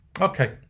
Okay